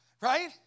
right